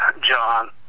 John